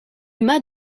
mas